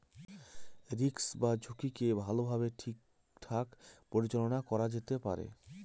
risk বা ঝুঁকিকে ভালোভাবে ঠিকঠাক পরিচালনা করা যেতে পারে